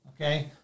Okay